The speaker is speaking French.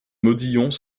modillons